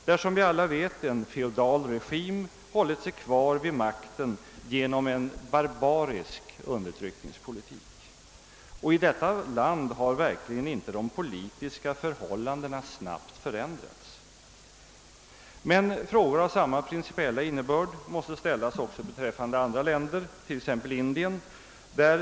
Där har, som vi alla vet, en feodal regim hållit sig kvar vid makten med hjälp av en barbarisk undertryckningspolitik. I detta land har verkligen inte de politiska förhållandena förändrats snabbt. Men frågor av samma innebörd måste ställas också beträffande andra länder, t.ex. Indien.